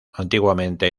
antiguamente